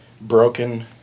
broken